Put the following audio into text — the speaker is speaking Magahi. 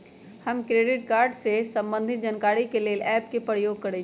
हम क्रेडिट कार्ड से संबंधित जानकारी के लेल एप के प्रयोग करइछि